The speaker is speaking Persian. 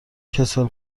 کسل